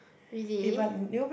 really